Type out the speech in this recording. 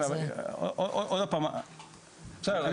בסדר,